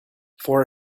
for